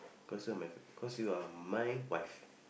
cause you're cause you are my wife